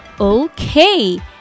Okay